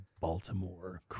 Baltimore